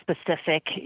specific